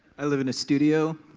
i live in a studio.